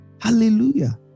hallelujah